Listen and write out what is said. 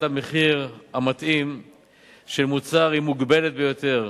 המחיר המתאים של מוצר היא מוגבלת ביותר,